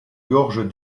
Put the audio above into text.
gorges